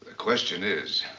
ah question is,